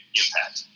impact